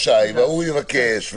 הוא רשאי, וההוא יבקש,